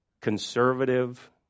conservative